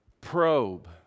probe